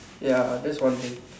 ya that's one thing